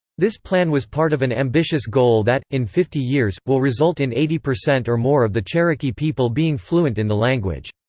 this plan was part of an ambitious goal that, in fifty years, will result in eighty percent or more of the cherokee people being fluent in the language.